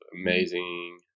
amazing